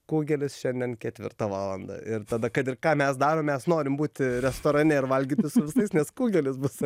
kugelis šiandien ketvirtą valandą ir tada kad ir ką mes darom mes norim būti restorane ir valgyti su visais nes kugelis bus